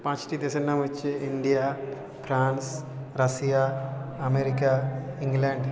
পাঁচটি দেশের নাম হচ্ছে India France Russia America England